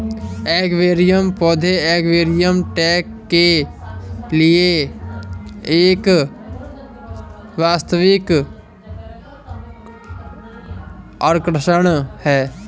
aquarium पौधे aquarium tank के लिए एक वास्तविक आकर्षण है